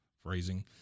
phrasing